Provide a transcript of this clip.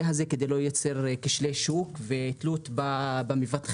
הזה כדי לא לייצר כשלי שוק ותלות במבטחים.